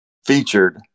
Featured